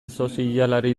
sozialari